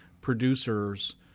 producers